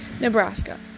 Nebraska